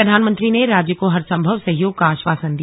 प्रधानमंत्री ने राज्य को हरसंभव सहयोग का आश्वासन दिया